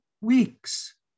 weeks